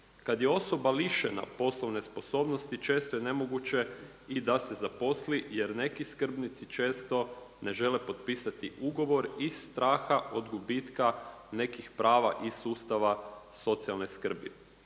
Kada je osoba lišena poslovne sposobnosti često je nemoguće i da se zaposli jer neki skrbnici često ne žele potpisati ugovor iz straha od gubitka nekih prava iz sustava socijalne skrbi.